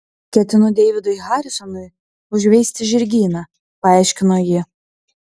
ketinu deividui harisonui užveisti žirgyną paaiškino ji